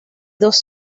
dos